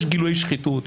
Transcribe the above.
יש גילויי שחיתות,